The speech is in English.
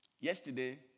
Yesterday